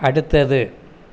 அடுத்தது